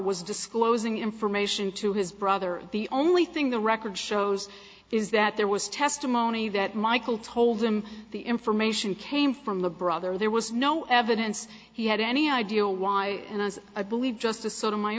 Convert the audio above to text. was disclosing information to his brother the only thing the record shows is that there was testimony that michael told him the information came from the brother there was no evidence he had any idea why and i believe just to sort of my